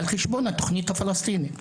על חשבון התכנית הפלסטינית.